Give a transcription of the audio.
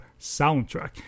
soundtrack